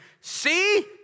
see